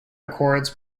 accords